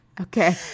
Okay